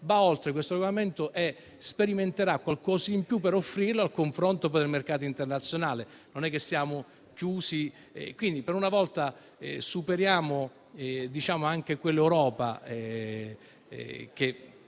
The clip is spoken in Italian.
va oltre questo regolamento e sperimenterà qualcosa in più, per offrirlo al confronto con il mercato internazionale (non siamo chiusi). Per una volta superiamo quell'Europa che